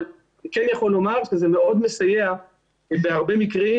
אבל אני כן יכול לומר שזה מאוד מסייע בהרבה מקרים